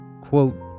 Quote